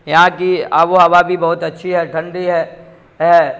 یہاں کی آب و ہوا بھی بہت اچھی ہے ٹھنڈی ہے ہے